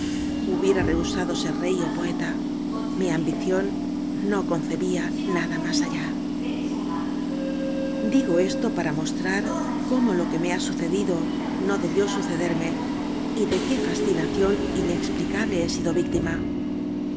hubiera rehusado ser rey ó poeta mi ambición no concebía nada más allá d igo esto para m ostrar cóm o lo qae m e ha sucedido do debió sacederme y de qué fasci nación inexplicable he sido víctim